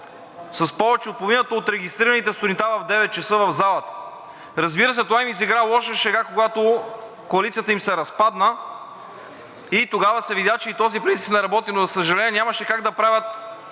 с повече от половината от регистрираните в 9,00 ч. сутринта в залата. Разбира се, това им изигра лоша шега, когато коалицията им се разпадна и тогава се видя, че и този принцип не работи, но, за съжаление, колегите на господин